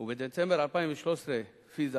ובדצמבר 2013,"פיזה"